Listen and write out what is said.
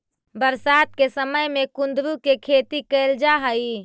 बरसात के समय में कुंदरू के खेती कैल जा हइ